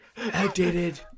Outdated